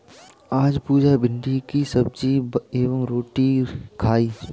आज पुजा भिंडी की सब्जी एवं रोटी खाई